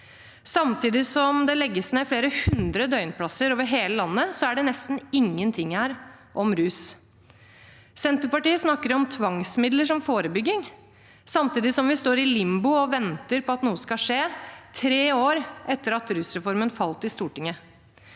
samtidig som det legges ned flere hundre døgnplasser over hele landet, så er det nesten ingenting her om rus. Senterpartiet snakker om tvangsmidler som forebygging, samtidig som vi står i limbo og venter på at noe skal skje – tre år etter at rusreformen falt i Stortinget.